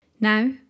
Now